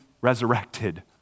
resurrected